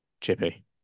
chippy